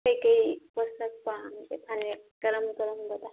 ꯀꯩ ꯀꯩ ꯄꯣꯠꯁꯛ ꯄꯥꯝꯒꯦ ꯐꯅꯦꯛ ꯀꯔꯝ ꯀꯔꯝꯕꯗ